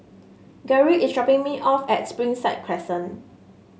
Garrick is dropping me off at Springside Crescent